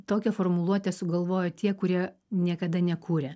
tokią formuluotę sugalvojo tie kurie niekada nekūrė